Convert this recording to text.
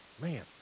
Man